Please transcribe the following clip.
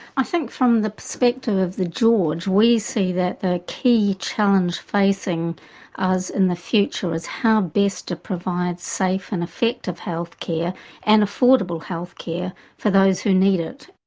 i think from the perspective of the george institute, we see that the key challenge facing us in the future is how best to provide safe and effective healthcare and affordable healthcare for those who need it.